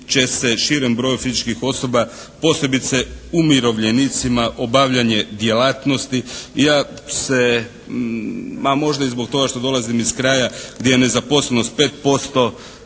će se širem broju fizičkih osoba posebice umirovljenicima obavljanje djelatnosti i ja se ma možda i zbog toga što dolazim iz kraja gdje je nezaposlenost 5%,